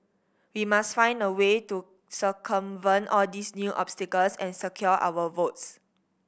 we must find a way to circumvent all these new obstacles and secure our votes